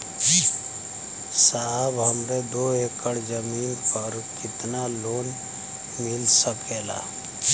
साहब हमरे दो एकड़ जमीन पर कितनालोन मिल सकेला?